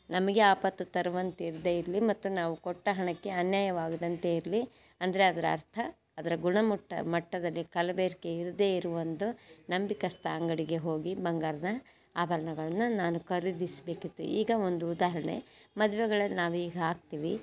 ನಮಗೆ ಆಪತ್ತು ತರುವಂತೆ ಇರದೇ ಇರಲಿ ಮತ್ತು ನಾವು ಕೊಟ್ಟ ಹಣಕ್ಕೆ ಅನ್ಯಾಯವಾಗದಂತೆ ಇರಲಿ ಅಂದರೆ ಅದ್ರ ಅರ್ಥ ಅದರ ಗುಣಮಟ್ಟ ಮಟ್ಟದಲ್ಲಿ ಕಲಬೆರ್ಕೆ ಇಲ್ಲದೇ ಇರೋ ಒಂದು ನಂಬಿಕಸ್ತ ಅಂಗಡಿಗೆ ಹೋಗಿ ಬಂಗಾರದ ಆಭರ್ಣಗಳ್ನ ನಾನು ಖರೀದಿಸ್ಬೇಕಿತ್ತು ಈಗ ಒಂದು ಉದಾಹರಣೆ ಮದುವೆಗಳಲ್ಲಿ ನಾವು ಈಗ ಹಾಕ್ತೀವಿ